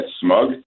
smug